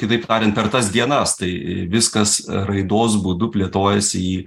kitaip tariant per tas dienas tai viskas raidos būdu plėtojasi į